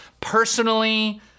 personally